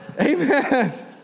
Amen